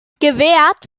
gewährt